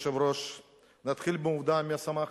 נתחיל בעובדה משמחת: